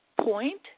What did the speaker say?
point